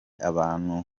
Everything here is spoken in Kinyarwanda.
abantu